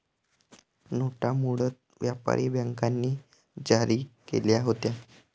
नोटा मूळतः व्यापारी बँकांनी जारी केल्या होत्या